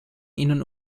ihnen